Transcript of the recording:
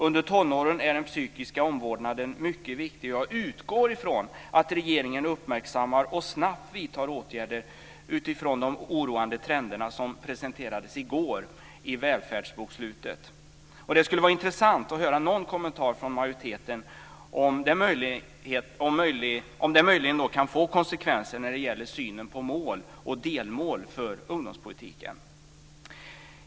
Under tonåren är den psykiska omvårdnaden mycket viktig, och jag utgår ifrån att regeringen uppmärksammar och snabbt vidtar åtgärder utifrån de oroande trender som presenterades i går i välfärdsbokslutet. Det skulle vara intressant att höra någon kommentar från majoriteten om det möjligen kan få konsekvenser när det gäller synen på mål och delmål för ungdomspolitiken.